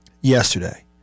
yesterday